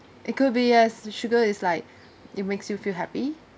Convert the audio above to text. it could be as the sugar is like it makes you feel happy